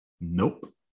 Nope